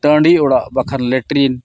ᱴᱟᱺᱰᱤ ᱚᱲᱟᱜ ᱵᱟᱠᱷᱟᱱ